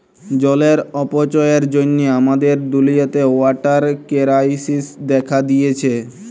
জলের অপচয়ের জ্যনহে আমাদের দুলিয়াতে ওয়াটার কেরাইসিস্ দ্যাখা দিঁয়েছে